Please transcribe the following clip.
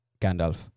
Gandalf